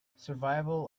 survival